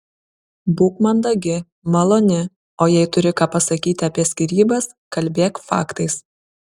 būk mandagi maloni o jei turi ką pasakyti apie skyrybas kalbėk faktais